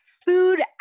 Food